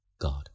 God